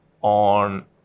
on